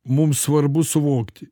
mums svarbu suvokti